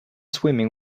swimming